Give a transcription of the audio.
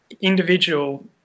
individual